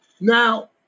Now